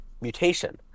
mutation